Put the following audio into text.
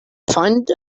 find